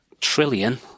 trillion